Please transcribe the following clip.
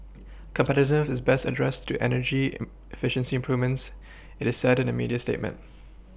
competitiveness is best addressed through energy efficiency improvements it is said in a media statement